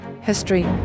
history